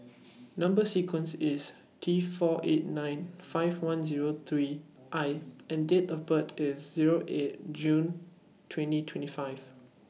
Number sequences IS T four eight nine five one Zero three I and Date of birth IS Zero eight June twenty twenty five